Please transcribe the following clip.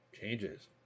changes